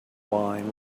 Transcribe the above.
wine